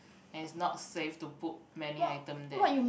and is not safe to put many item there